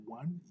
one